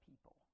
people